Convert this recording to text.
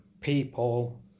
people